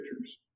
pictures